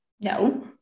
no